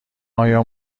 آیا